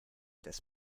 das